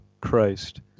Christ